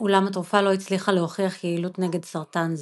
אולם התרופה לא הצליחה להוכיח יעילות נגד סרטן זה.